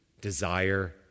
desire